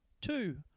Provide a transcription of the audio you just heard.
two